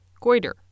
goiter